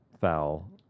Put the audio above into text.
foul